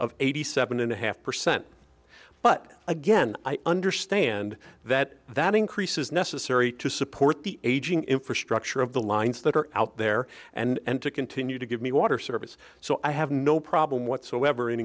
of eighty seven and a half percent but again i understand that that increase is necessary to support the aging infrastructure of the lines that are out there and to continue to give me water service so i have no problem whatsoever